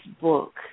book